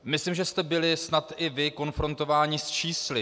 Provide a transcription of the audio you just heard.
Myslím, že jste byli snad i vy konfrontováni s čísly.